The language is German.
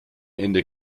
ende